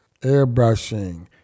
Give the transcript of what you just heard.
airbrushing